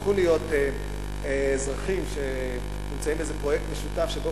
הפכו להיות אזרחים שנמצאים באיזה פרויקט משותף שבו